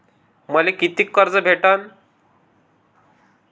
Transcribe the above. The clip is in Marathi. मले कितीक कर्ज भेटन?